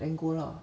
then go lah